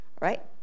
right